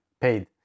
paid